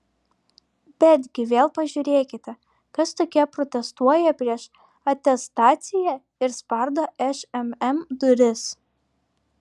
betgi vėl pažiūrėkite kas tokie protestuoja prieš atestaciją ir spardo šmm duris